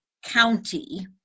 County